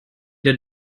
der